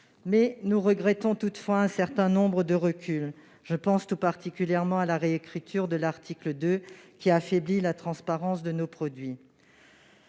Nous regrettons toutefois un certain nombre de reculs, tout particulièrement la réécriture de l'article 2, qui a affaibli la transparence de nos produits.